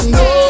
no